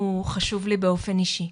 הוא חשוב לי באופן אישי.